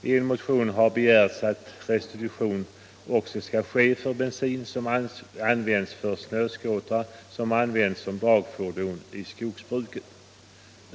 I en motion har begärts att restitution också skall medges för bensin som har använts för snöskotrar i skogsbruket.